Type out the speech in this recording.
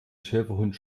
schäferhund